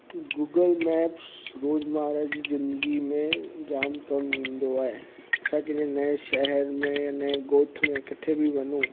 Google Maps रोज़मर्रा जी ज़िंदगी में जामु कमु ईंदो आहे असां किने नएं शहर में नएं ॻोठ में किथे बि वञो